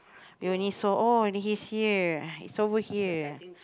we only saw oh he's here he's over here